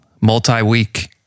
multi-week